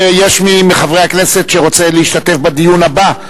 אם יש מי מחברי הכנסת שרוצה להשתתף בדיון הבא,